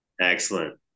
Excellent